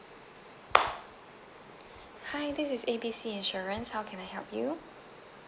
hi this is A B C insurance how can I help you